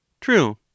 True